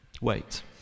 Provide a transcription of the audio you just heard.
Wait